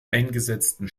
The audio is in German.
eingesetzten